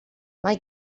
mae